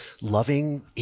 loving